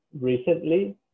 recently